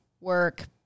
work